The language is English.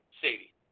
Sadie